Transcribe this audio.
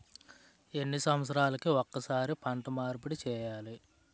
ఎన్ని సంవత్సరాలకి ఒక్కసారి పంట మార్పిడి చేయాలి?